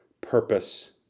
purpose